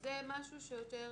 זה משהו שעוסק יותר